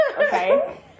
okay